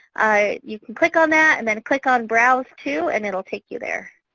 you can click on that and then click on browse to and it will take you there.